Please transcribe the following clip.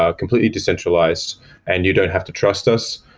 ah completely decentralized and you don't have to trust us.